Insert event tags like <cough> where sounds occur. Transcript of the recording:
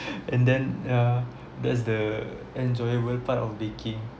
<breath> and then ya that's the enjoyable part of baking